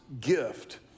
gift